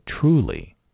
truly